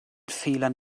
fehlern